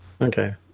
Okay